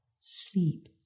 Sleep